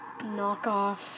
knockoff